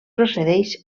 procedeix